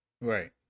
right